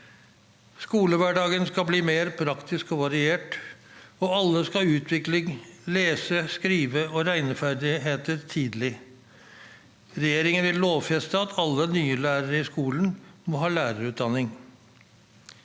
Skolehverdagen skal bli mer praktisk og variert, og alle skal utvikle lese-, skrive- og regneferdigheter tidlig. Regjeringen vil lovfeste at alle nye lærere i skolen må ha lærerutdanning.